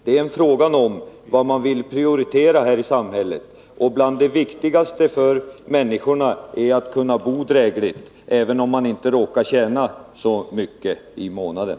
Det är fråga om vad man vill prioritera här i samhället. Bland det viktigaste för människorna är att kunna bo drägligt, även om man inte råkar tjäna så mycket i månaden.